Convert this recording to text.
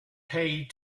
paid